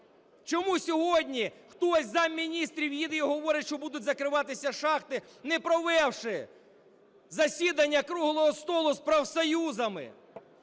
Чому сьогодні хтось з замміністрів їде і говорить, що будуть закриватися шахти, не провівши засідання круглого столу з профсоюзами?